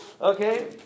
okay